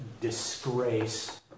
disgrace